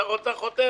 שר האוצר חותם